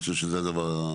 אני חושב שזה הדבר.